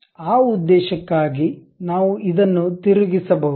ಆದ್ದರಿಂದ ಆ ಉದ್ದೇಶಕ್ಕಾಗಿ ನಾವು ಇದನ್ನು ತಿರುಗಿಸಬಹುದು